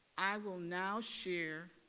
i will now share